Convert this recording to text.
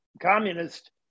communist